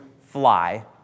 fly